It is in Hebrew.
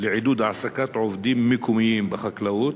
לעידוד העסקת עובדים מקומיים בחקלאות,